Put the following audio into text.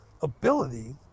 ability